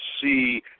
see